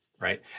right